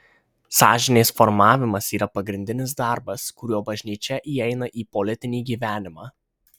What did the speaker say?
sąžinės formavimas yra pagrindinis darbas kuriuo bažnyčia įeina į politinį gyvenimą